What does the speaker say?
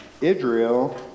Israel